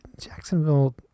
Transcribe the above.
Jacksonville